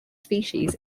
species